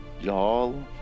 Y'all